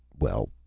well,